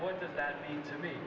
what does that mean to me